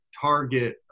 target